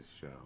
show